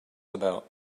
about